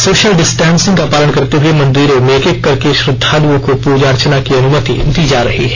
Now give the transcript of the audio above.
social distancing का पालन करते हुए मंदिरों में एक एक करके श्रद्वालुओं को पूजा अर्चना की अनुमति दी जा रही है